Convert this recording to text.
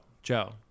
Joe